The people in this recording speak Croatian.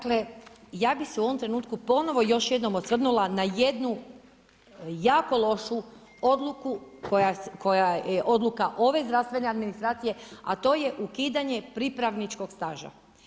Dakle, ja bi se u ovom trenutku ponovno, još jednom osvrnula na jednu jako lošu odluku koja je odluka ove zdravstvene administracije, a to je ukidanje prikrivačkog staža.